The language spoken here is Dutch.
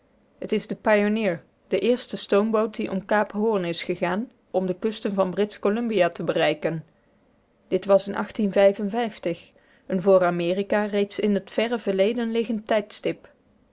t is de pioneer de eerste stoomboot die om kaap hoorn is gegaan om de kusten van britsch columbia te bereiken dit was in een voor amerika reeds in t verre verleden liggend tijdstip